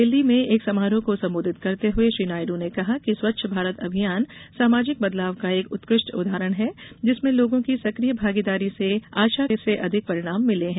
दिल्ली में एक समारोह को सम्बोधित करते हुए श्री नायडू ने कहा कि स्वच्छ भारत अभियान सामाजिक बदलाव का एक उत्कृष्ट उदाहरण है जिसमें लोगों की सक्रिय भागीदारी से आशा से अधिक परिणाम मिले हैं